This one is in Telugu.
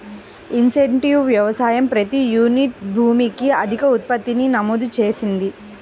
ఇంటెన్సివ్ వ్యవసాయం ప్రతి యూనిట్ భూమికి అధిక ఉత్పత్తిని నమోదు చేసింది